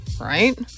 right